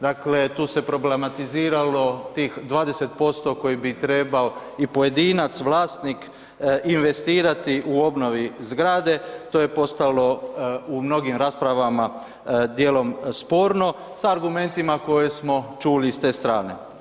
Dakle, tu se problematiziralo tih 20% koji bi trebao i pojedinac vlasnik investirati u obnovi zgrade, to je postalo u mnogim raspravama djelom sporno s argumentima koje smo čuli s te strane.